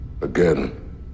again